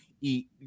eat